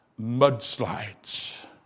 Mudslides